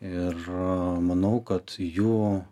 ir manau kad jų